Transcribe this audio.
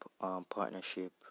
partnership